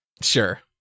Sure